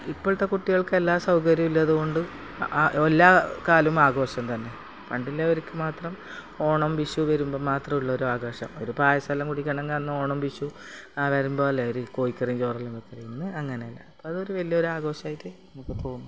ഇപ്പോഴത്തെ കുട്ടികൾക്കെല്ലാ സൗകര്യം ഉള്ളതു കൊണ്ട് എല്ലാ കാലം ആഘോഷം തന്നെ പണ്ടുള്ളവർക്കു മാത്രം ഓണം വിഷു വരുമ്പം മാത്രം ഉള്ളൊരാഘോഷം ഒരു പായസം എല്ലാം കുടിക്കണമെങ്കിൽ ഓണം വിഷു ആ വരുമ്പം അല്ലെ ഒരു കോഴിക്കറിയും ചോറെല്ലാം വെക്കല് ഇന്ന് അങ്ങനെയെല്ലാം അപ്പം അതൊരു വലിയൊരു ആഘോഷമായിട്ട് നമുക്ക് തോന്നും